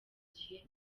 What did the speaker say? gihe